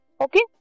okay